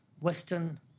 Western